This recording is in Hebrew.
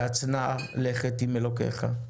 והצנע לכת עם אלוקיך.